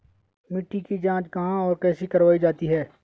मिट्टी की जाँच कहाँ और कैसे करवायी जाती है?